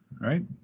right